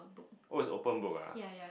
oh it's open book ah